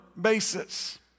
basis